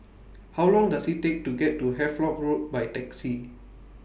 How Long Does IT Take to get to Havelock Road By Taxi